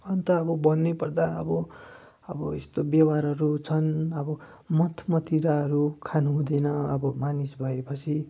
अन्त अब भन्नैपर्दा अब अब यस्तो व्यवहारहरू छन् अब मद मदिराहरू खानु हुँदैन अब मानिस भएपछि